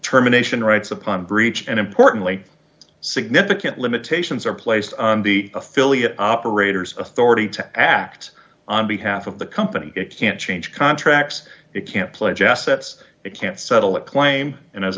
terminations rights upon breach and importantly significant limitations are placed on the affiliate operators authority to act on behalf of the company it can't change contracts it can't play jazz sets it can't settle it claim and as